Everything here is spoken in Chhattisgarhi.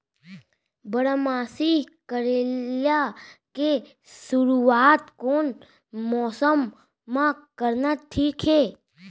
बारामासी करेला के शुरुवात कोन मौसम मा करना ठीक हे?